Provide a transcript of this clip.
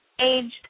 aged